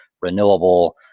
renewable